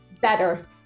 better